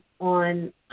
on